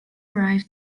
arrive